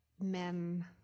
men